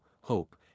Hope